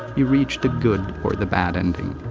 we reach the good or the bad ending.